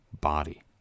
body